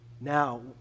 Now